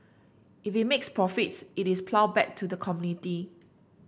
if it makes profits it is ploughed back to the community